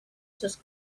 sus